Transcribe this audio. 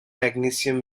magnesium